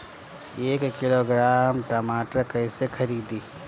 एक किलोग्राम टमाटर कैसे खरदी?